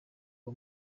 uwo